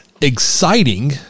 exciting